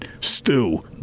stew